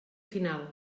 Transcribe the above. final